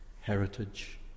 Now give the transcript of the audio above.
heritage